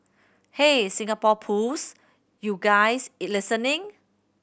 hey Singapore Pools you guys listening